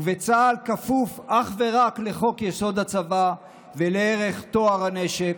וצה"ל כפוף אך ורק לחוק-יסוד: הצבא ולערך טוהר הנשק,